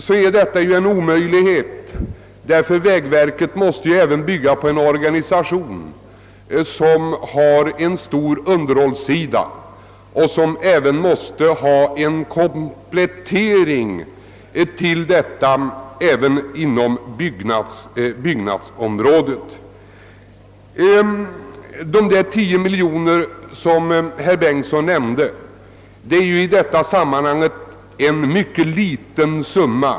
Men detta är ju omöjligt, ty vägverket, som måste bygga på en organisation med stor underhållssida, måste ha en komplettering också på byggnadsområdet. De tio miljoner som herr Bengtson talade om är ju i detta sammanhang en mycket liten summa.